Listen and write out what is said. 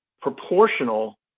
proportional